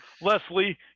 Leslie